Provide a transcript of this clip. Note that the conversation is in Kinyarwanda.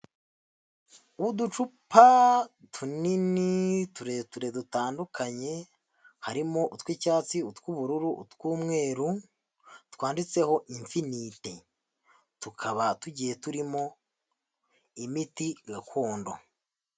Uducupa tunini tureture dutandukanye, harimo utw'icyatsi, utw'ubururu, utw'umweru, twanditseho Infinite tukaba tugiye turimo imiti gakondo.